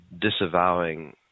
disavowing